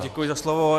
Děkuji za slovo.